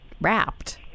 wrapped